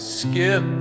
skip